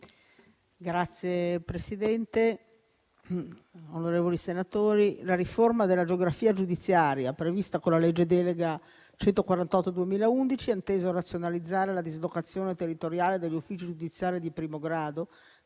Signor Presidente, onorevoli senatori, la riforma della geografia giudiziaria prevista con la legge delega n. 148 del 2011 ha inteso razionalizzare la dislocazione territoriale degli uffici giudiziari di primo grado,